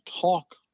talk